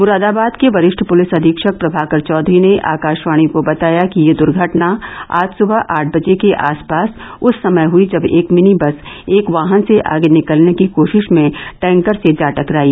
मुरादाबाद के वरिष्ठ पूलिस अधीक्षक प्रभाकर चौधरी ने आकाशवाणी को बताया कि यह द्र्घटना आज सुबह आठ बजे के आसपास उस समय हई जब एक मिनी बस एक वाहन से आगे निकलने की कोशिश में टैंकर से जा टकराई